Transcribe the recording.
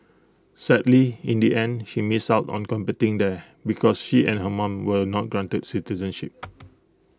sadly in the end she missed out on competing there because she and her mom were not granted citizenship